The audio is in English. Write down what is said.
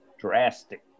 drastic